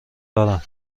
دارم